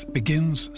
begins